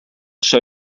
show